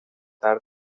tard